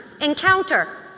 Encounter